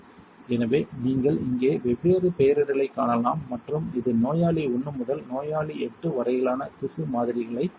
எனவே நீங்கள் இங்கே வெவ்வேறு பெயரிடலைக் காணலாம் மற்றும் இது நோயாளி 1 முதல் நோயாளி 8 வரையிலான திசு மாதிரிகளைக் கொண்டுள்ளது